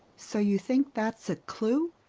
so you think that's a clue?